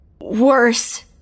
Worse